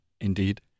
Indeed